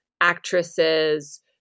actresses